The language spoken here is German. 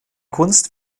kunst